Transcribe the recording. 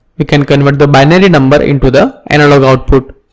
we can convert the binary number into the analog output.